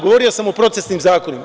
Govorio sam o procesnim zakonima.